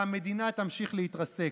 והמדינה תמשיך להתרסק.